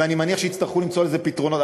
ואני מניח שיצטרכו למצוא לזה פתרונות,